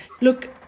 look